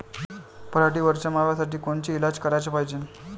पराटीवरच्या माव्यासाठी कोनचे इलाज कराच पायजे?